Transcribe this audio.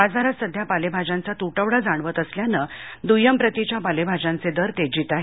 बाजारात सध्या पालेभाज्यांचा तुटवडा जाणवत असल्याने दुय्यम प्रतीच्या पालेभाज्यांचे दर तेजीत आहेत